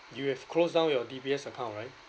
you have closed down your D_B_S account right